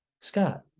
Scott